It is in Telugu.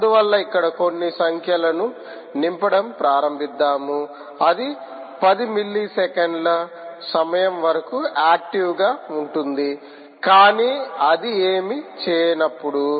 అందువల్ల ఇక్కడ కొన్ని సంఖ్యలను నింపడం ప్రారంబిద్దాము అది 10 మిల్లీ సెకన్ల సమయం వరకు ఆక్టివ్ గా ఉంటుంది కానీ అది ఏమీ చేయనప్పుడు